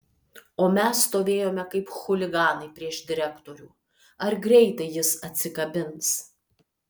o mes stovėjome kaip chuliganai prieš direktorių ar greitai jis atsikabins